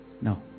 no